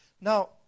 Now